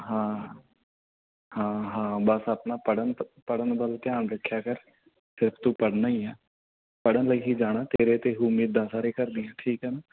ਹਾਂ ਹਾਂ ਹਾਂ ਬਸ ਆਪਣਾ ਪੜ੍ਹਨ ਪੜ੍ਹਨ ਵੱਲ ਧਿਆਨ ਰੱਖਿਆ ਕਰ ਸਿਰਫ਼ ਤੂੰ ਪੜ੍ਹਨਾ ਹੀ ਹੈ ਪੜ੍ਹਨ ਲਈ ਹੀ ਜਾਣਾ ਤੇਰੇ 'ਤੇ ਉਮੀਦਾਂ ਸਾਰੇ ਘਰ ਦੀਆਂ ਠੀਕ ਹੈ ਨਾ